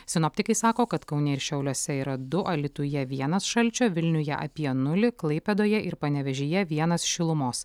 sinoptikai sako kad kaune ir šiauliuose yra du alytuje vienas šalčio vilniuje apie nulį klaipėdoje ir panevėžyje vienas šilumos